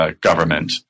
government